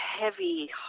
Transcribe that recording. heavy